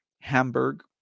Hamburg